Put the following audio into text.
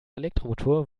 elektromotor